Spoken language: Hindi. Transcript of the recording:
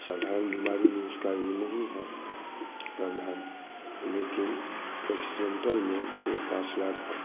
साधारण बीमारी में उसका यूज़ नहीं है लेकिन एक्सीडेंटल में वो पाँच लाख